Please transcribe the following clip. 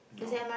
no